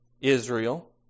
Israel